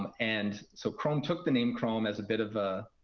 um and so chrome took the name chrome as a bit of a